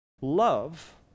love